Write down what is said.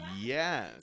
yes